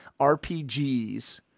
RPGs